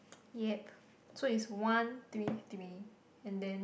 yup so it's one three three and then